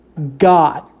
God